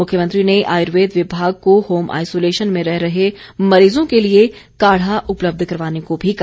मुख्यमंत्री ने आयुर्वेद विभाग को होम आइसोलेशन में रह रहे मरीज़ों के लिए काढ़ा उपलब्ध करवाने को भी कहा